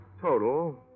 Total